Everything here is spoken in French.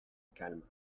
calme